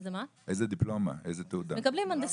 איזה דיפלומה הם מקבלים במחשבים למשל?